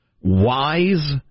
wise